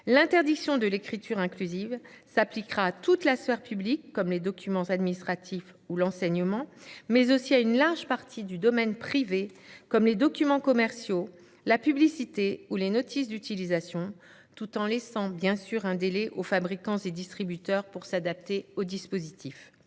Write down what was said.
L’interdiction de l’écriture inclusive s’appliquera à toute la sphère publique, comme les documents administratifs ou l’enseignement, mais aussi à une large partie du domaine privé, comme les documents commerciaux, la publicité ou les notices d’utilisation, tout en laissant bien évidemment un délai aux fabricants et distributeurs pour s’adapter au dispositif.